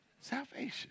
salvation